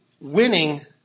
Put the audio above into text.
winning